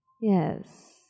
Yes